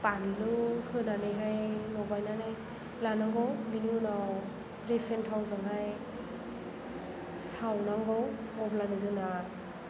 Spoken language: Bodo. बानलु होनानैहाय लगायनानै लानांगौ बेनि उनाव रिफाइन थावजोंहाय सावनांगौ अब्लानो जोंना